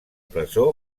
presó